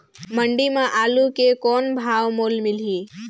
मंडी म आलू के कौन भाव मोल मिलही?